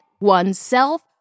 oneself